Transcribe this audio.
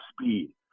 speed